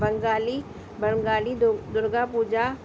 बंगाली बंगाली दुर दुर्गा पूजा